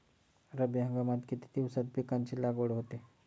रब्बी हंगामात किती दिवसांत पिकांची लागवड होते?